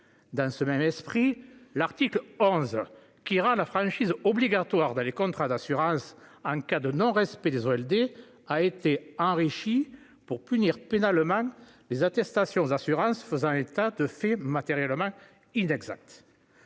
Dans le même esprit, l'article 11, qui vise à rendre la franchise obligatoire dans les contrats d'assurance en cas de non-respect des OLD, a été enrichi pour punir pénalement les attestations aux assurances faisant état de faits matériellement inexacts.